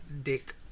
Dick